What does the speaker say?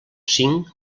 cinc